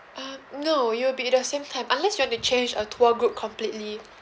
um no you will be at same time unless you want to change a tour group completely